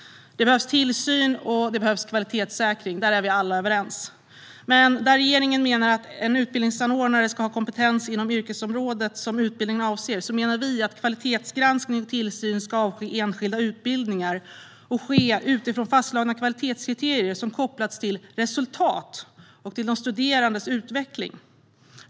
Det behövs tillsyn och kvalitetssäkring - där är vi alla överens. Men regeringen menar att en utbildningsanordnare ska ha kompetens inom yrkesområdet som utbildningen avser. Vi menar i stället att kvalitetsgranskning och tillsyn ska avse enskilda utbildningar och ske utifrån fastslagna kvalitetskriterier som är kopplade till resultat och till de studerandes utveckling.